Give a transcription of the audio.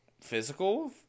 physical